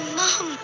mom